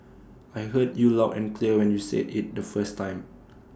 I heard you loud and clear when you said IT the first time